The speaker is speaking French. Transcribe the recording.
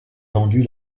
vendue